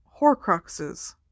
Horcruxes